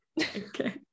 Okay